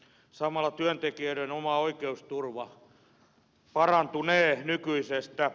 samalla työntekijöiden oma oikeusturva parantunee nykyisestä